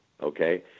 Okay